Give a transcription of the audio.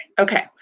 Okay